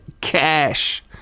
cash